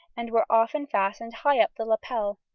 and were often fastened high up the lapel.